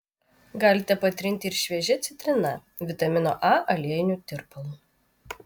galite patrinti ir šviežia citrina vitamino a aliejiniu tirpalu